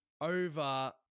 over